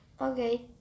Okay